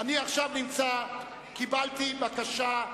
קיבלתי בקשה.